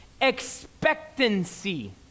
expectancy